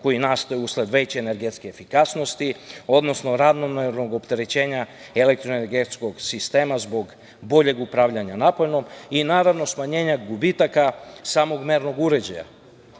koji je nastao usled veće energetske efikasnosti, odnosno ravnomernog opterećenja elektroenergetskog sistema zbog boljeg upravljanja naponom i naravno, smanjenja gubitaka samog mernog uređaja.